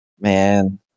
Man